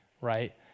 right